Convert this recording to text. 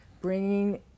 bringing